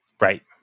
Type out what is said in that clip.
Right